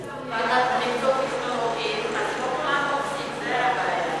מקצועות טכנולוגיים, לא כולם רוצים, זו הבעיה.